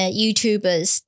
YouTubers